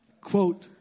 Quote